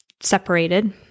separated